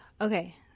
Okay